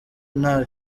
nta